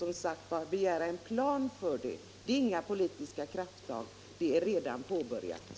Men att begära en plan för detta är, som sagt, inga politiska krafttag - den är redan påbörjad.